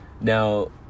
Now